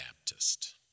Baptist